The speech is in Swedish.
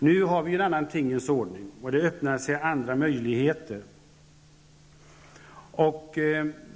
Nu är det en annan tingens ordning, och andra möjligheter öppnas.